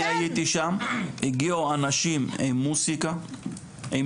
מי בכלל היה משאיר אותו חי.